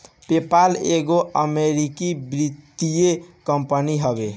PayPal एगो अमरीकी वित्तीय कंपनी हवे